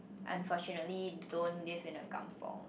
unfortunately don't live in a kampung